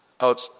out